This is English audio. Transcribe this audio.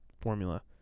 formula